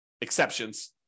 exceptions